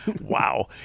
Wow